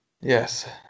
Yes